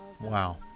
Wow